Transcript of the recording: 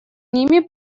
ними